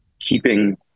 keeping